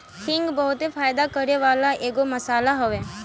हिंग बहुते फायदा करेवाला एगो मसाला हवे